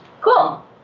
Cool